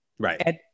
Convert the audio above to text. Right